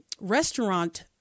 restaurant